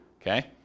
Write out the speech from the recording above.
Okay